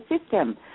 system